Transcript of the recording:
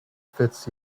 fits